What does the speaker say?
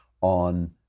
on